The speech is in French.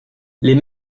les